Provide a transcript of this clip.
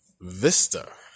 Vista